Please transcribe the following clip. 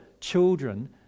children